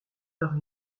par